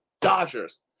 Dodgers